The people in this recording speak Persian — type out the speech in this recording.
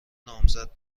نامزد